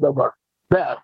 dabar bet